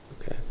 Okay